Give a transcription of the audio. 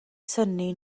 synnu